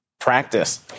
practice